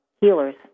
healers